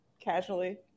casually